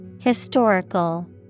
Historical